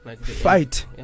Fight